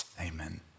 amen